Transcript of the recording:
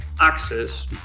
access